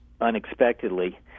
unexpectedly